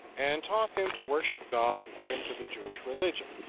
and taught them to worship god according to the jewish religion.